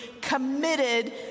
committed